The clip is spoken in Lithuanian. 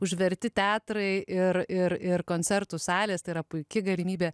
užverti teatrai ir ir ir koncertų salės tai yra puiki galimybė